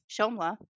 Shomla